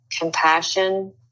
compassion